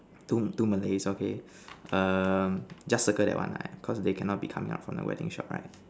two two Malays okay um just circle that one lah because they cannot be coming up from the wedding shop right